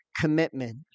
commitment